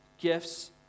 gifts